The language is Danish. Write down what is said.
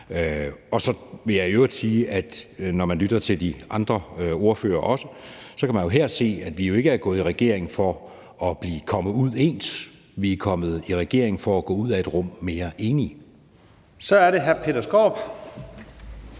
Så vil jeg i øvrigt sige, at når man også lytter til de andre ordførere, så kan man jo her høre, at vi ikke er gået i regering for at komme ud ens; vi er kommet i regering for at gå mere enige ud af et rum. Kl.